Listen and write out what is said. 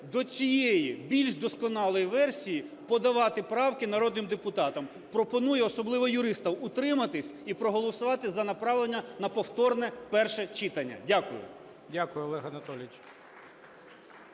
до цієї більш досконалої версії подавати правки народним депутатам. Пропоную, особливо юристам, утриматись і проголосувати за направлення на повторне перше читання. Дякую.